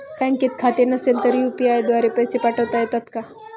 बँकेत खाते नसेल तर यू.पी.आय द्वारे पैसे पाठवता येतात का?